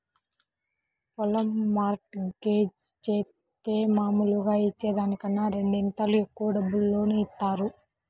పొలం mortgage జేత్తే మాములుగా ఇచ్చే దానికన్నా రెండింతలు ఎక్కువ డబ్బులు లోను ఇత్తారు